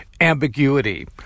ambiguity